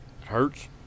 Hurts